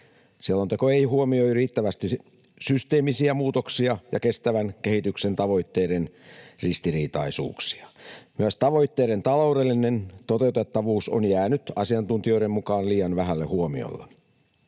Selonteko ei huomioi riittävästi systeemisiä muutoksia ja kestävän kehityksen tavoitteiden ristiriitaisuuksia. Myös tavoitteiden taloudellinen toteutettavuus on jäänyt asiantuntijoiden mukaan liian vähälle huomiolle.